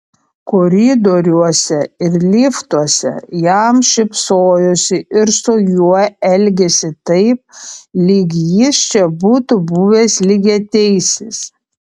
koridoriuose ir liftuose jam šypsojosi ir su juo elgėsi taip lyg jis čia būtų buvęs lygiateisis